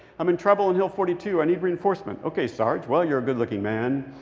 i'm in trouble on hill forty two. i need reinforcement. okay, sarge. well, you're a good-looking man.